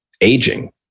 aging